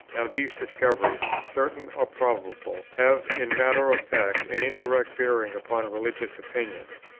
now these discoveries, certain or probable, have in matter of fact an indirect bearing upon religious opinions,